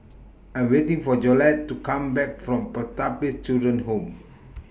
I'm waiting For Jolette to Come Back from Pertapis Children Home